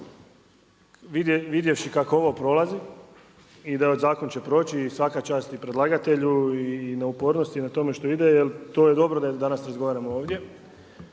vidjevši kako ovo prolazi i da zakon će proći i svaka čast i predlagatelju i na upornosti i na tome što ide, jer to je dobro da danas razgovaramo ovdje,